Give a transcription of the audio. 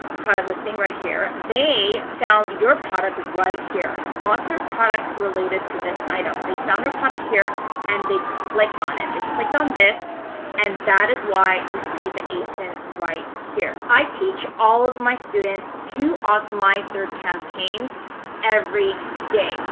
product listing right here, they found your product right here, sponsored products related to this item. they found your product here and they clicked on it. they clicked on this and that is why you see the asin right here. i teach all of my students to optimize their campaigns every day.